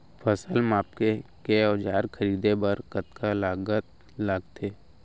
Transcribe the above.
फसल मापके के औज़ार खरीदे बर कतका लागत लगथे?